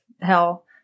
hell